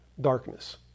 darkness